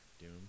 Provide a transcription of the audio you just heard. Doom